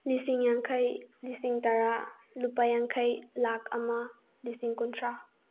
ꯂꯤꯁꯤꯡ ꯌꯥꯡꯈꯩ ꯂꯤꯁꯤꯡ ꯇꯔꯥ ꯂꯨꯄꯥ ꯌꯥꯡꯈꯩ ꯂꯥꯈ ꯑꯃ ꯂꯤꯁꯤꯡ ꯀꯨꯟꯊ꯭ꯔꯥ